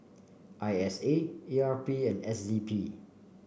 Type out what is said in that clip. I S A E R P and S D P